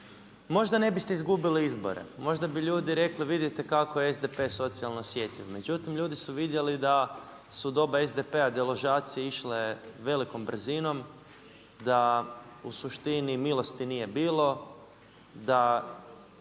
možda ne biste izgubili izbore. Možda bi ljudi rekli, vidite kako je SDP socijalno osjetljiv. Međutim, ljudi su vidjeli da su u doba SDP-a deložacije išle velikom brzinom, da u suštini milosti nije bilo, da